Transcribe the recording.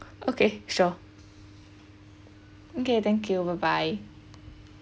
okay sure okay thank you bye bye